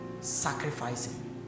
sacrificing